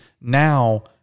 now